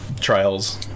trials